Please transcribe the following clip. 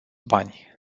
bani